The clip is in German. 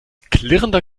klirrender